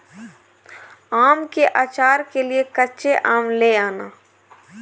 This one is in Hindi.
आम के आचार के लिए कच्चे आम ले आना